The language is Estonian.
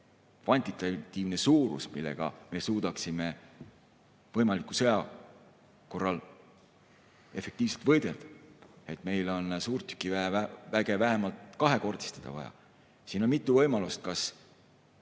kvantitatiivne suurus, millega me suudaksime võimaliku sõja korral efektiivselt võidelda. Meil on suurtükiväge vaja vähemalt kahekordistada. Siin on mitu võimalust: kas